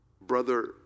Brother